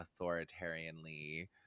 authoritarianly